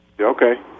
Okay